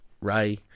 Ray